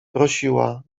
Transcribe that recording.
prosiła